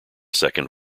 second